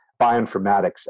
bioinformatics